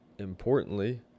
Importantly